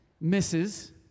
misses